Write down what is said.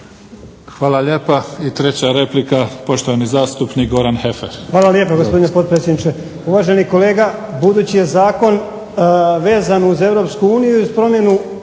Hvala lijepa. I treća replika poštovani zastupnik Goran Heffer.